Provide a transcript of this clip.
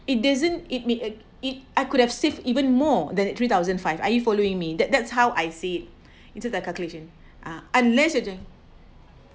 it doesn't it make uh it I could have saved even more than three thousand five are you following me that that's how I see it into that calculation ah unless you have to